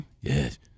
Yes